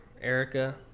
Erica